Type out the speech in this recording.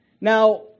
Now